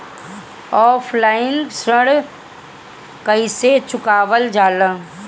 Offline ऋण कइसे चुकवाल जाला?